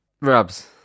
Rubs